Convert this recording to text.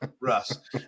Russ